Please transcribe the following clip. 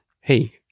hey